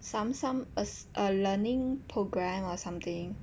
some some a learning programme or something